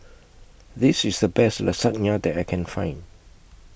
This IS The Best Lasagne that I Can Find